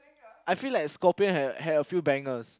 I feel like Scorpion had had a few bangers